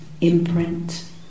imprint